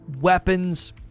weapons